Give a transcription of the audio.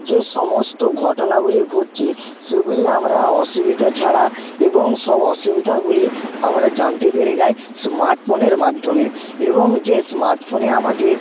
যে সমস্ত ঘটনাগুলি ঘটছে সেগুলি আমরা অসুবিধা ছাড়া এবং সব অসুবিধাগুলি আমরা জানতে পেরে যাই স্মার্টফোনের মাধ্যমে এবং যে স্মার্টফোনে আমাদের